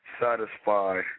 satisfy